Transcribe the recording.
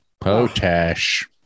Potash